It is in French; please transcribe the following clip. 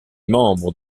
membres